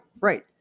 right